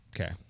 Okay